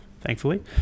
thankfully